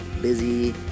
busy